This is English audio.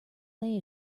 they